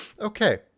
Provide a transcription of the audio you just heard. Okay